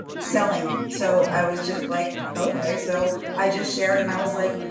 selling so i was just like, okay, so i just shared and i was like,